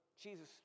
Jesus